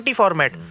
format